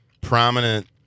prominent